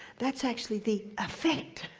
that's actually the effect.